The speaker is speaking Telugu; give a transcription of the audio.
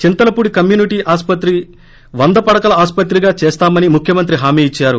చింతలపూడి కమ్యూనిటీ ఆస్పత్రిని వంద పడకల ఆస్పత్రిగా చేస్తామని ముఖ్యమంత్రి హామీ ఇద్పారు